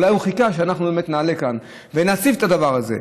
אולי הוא חיכה שנעלה כאן ונציף את הדבר הזה,